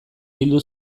bildu